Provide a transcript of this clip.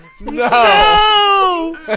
No